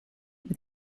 with